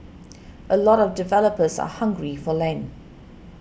a lot of developers are hungry for land